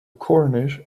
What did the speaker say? cornish